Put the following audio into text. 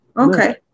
okay